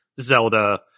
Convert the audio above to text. Zelda